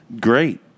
Great